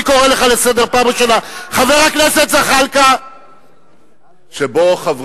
רק בישראל, בכל